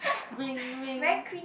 ring ring